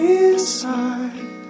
inside